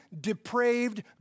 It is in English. depraved